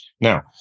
Now